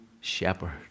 shepherd